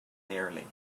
clearly